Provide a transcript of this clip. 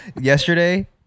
yesterday